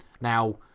Now